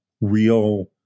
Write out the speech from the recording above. real